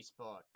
Facebook